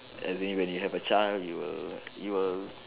as in when you have a child you will you will